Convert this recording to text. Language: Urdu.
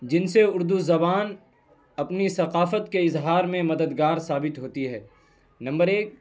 جن سے اردو زبان اپنی ثقافت کے اظہار میں مددگار ثابت ہوتی ہے نمبر ایک